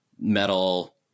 metal